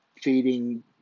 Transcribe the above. feeding